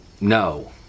no